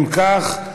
אם כך,